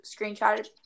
screenshotted